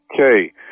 Okay